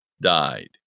died